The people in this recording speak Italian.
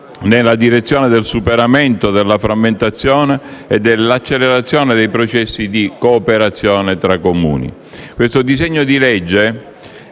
nella direzione del superamento della frammentazione e della accelerazione dei processi di cooperazione tra Comuni. Questo disegno di legge